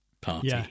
party